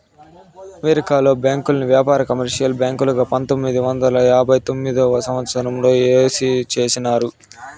అమెరికాలో బ్యాంకుల్ని వ్యాపార, కమర్షియల్ బ్యాంకులుగా పంతొమ్మిది వందల తొంభై తొమ్మిదవ సంవచ్చరంలో ఏరు చేసినారు